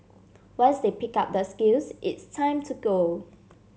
once they pick up the skills it's time to go